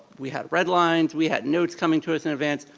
we had red lines, we had notes coming to us in advance.